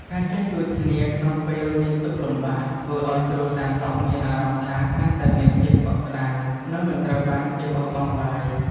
ការចេះជួយគ្នាក្នុងពេលមានទុក្ខលំបាក ធ្វើឱ្យគ្រួសារសពមានអារម្មណ៍ថាកាន់តែមានភាពកក់ក្តៅ និងមិនត្រូវបានគេបោះបង់ឡើយ។